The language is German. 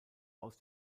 aus